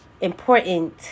important